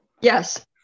Yes